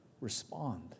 respond